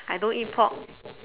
I don't eat pork